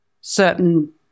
certain